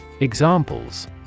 Examples